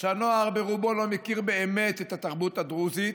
שהנוער ברובו לא מכיר באמת את התרבות הדרוזית,